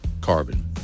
carbon